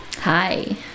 hi